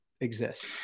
exist